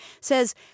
says